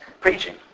preaching